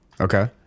Okay